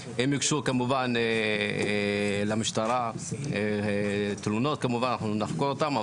יוגשו כמובן למשטרה תלונות אנחנו נחקור אותן,